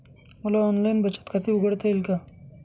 मला ऑनलाइन बचत खाते उघडता येईल का?